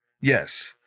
Yes